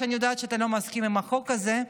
אני יודעת שאתה לא מסכים עם החוק הזה,